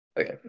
Okay